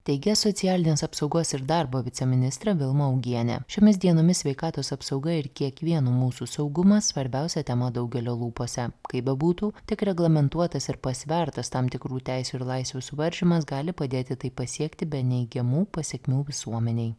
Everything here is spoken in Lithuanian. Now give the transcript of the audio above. teigia socialinės apsaugos ir darbo viceministrė vilma augienė šiomis dienomis sveikatos apsauga ir kiekvieno mūsų saugumas svarbiausia tema daugelio lūpose kaip bebūtų tik reglamentuotas ir pasvertas tam tikrų teisių ir laisvių suvaržymas gali padėti tai pasiekti be neigiamų pasekmių visuomenei